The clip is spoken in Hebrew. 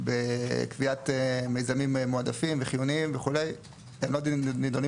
בקביעת מיזמים מועדפים וחיוניים וכו' הם לא נידונים